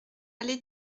allée